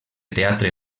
teatre